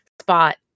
spot